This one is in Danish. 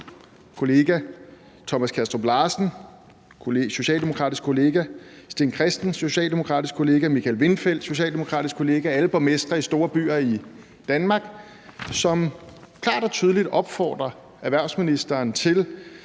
kollega Thomas Kastrup-Larsen, socialdemokratisk kollega Steen Christiansen, socialdemokratisk kollega Michael Vindfeldt, altså alle socialdemokratiske borgmestre i store byer i Danmark, hvori de klart og tydeligt opfordrer erhvervsministeren til